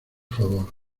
favor